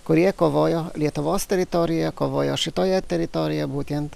kurie kovojo lietuvos teritorijoje kovojo šitoje teritorijoj būtent